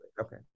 Okay